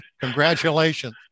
Congratulations